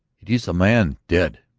it is a man dead,